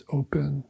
open